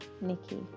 Nikki